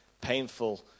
painful